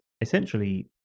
essentially